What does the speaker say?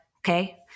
Okay